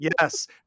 yes